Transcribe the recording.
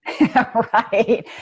Right